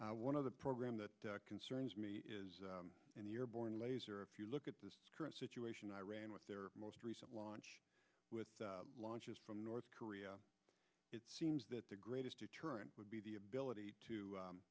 one of the program that concerns me is in the airborne laser if you look at the current situation in iran with their most recent launch with launches from north korea it seems that the greatest deterrent would be the ability to